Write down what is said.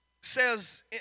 Says